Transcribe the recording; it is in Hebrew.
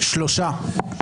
שלושה.